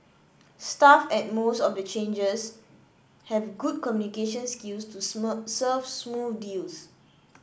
staff at most of the changers have good communication skills to serve smooth deals